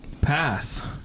pass